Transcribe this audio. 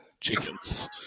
chickens